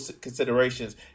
considerations